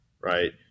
right